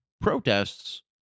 protests